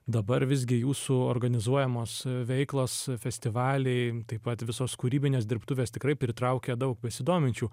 dabar visgi jūsų organizuojamos veiklos festivaliai taip pat visos kūrybinės dirbtuvės tikrai pritraukia daug besidominčių